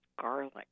garlic